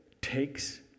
takes